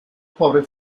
pobre